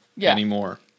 anymore